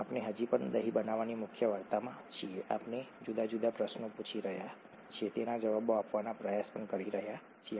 આપણે હજી પણ દહીં બનાવવાની મુખ્ય વાર્તામાં છીએ આપણે જુદા જુદા પ્રશ્નો પૂછી રહ્યા છીએ અને તેના જવાબો આપવાનો પ્રયાસ કરી રહ્યા છીએ